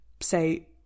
say